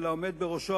ולעומד בראשו,